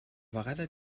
vegada